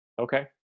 Okay